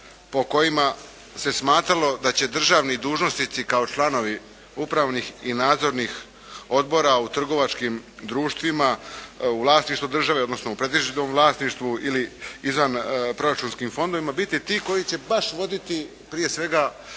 po kojima se smatralo da će državni dužnosnici kao članovi upravnih i nadzornih odbora u trgovačkim društvima, u vlasništvu države odnosno u pretežitom vlasništvu ili izvanproračunskim fondovima biti ti koji će baš voditi prije svega